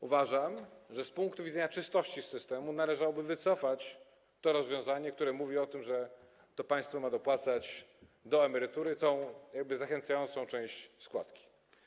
Uważam, że z punktu widzenia czystości systemu należałoby wycofać to rozwiązanie, które mówi o tym, że to państwo ma dopłacać do emerytury tę jakby zachęcającą część składki.